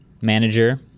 manager